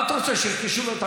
מה את רוצה, שירכשו לו את הממיר?